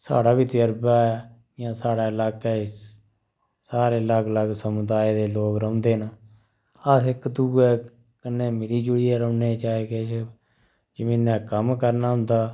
साढ़ा बी तजर्बा ऐ जि'यां साढ़े लाके च सारे अलग अलग समुदाय दे लोक रौंह्दे न अस इक दुऐ कन्नै मिलीजुली रौह्ने चाहे किश जमीना दा कम्म करना होंदा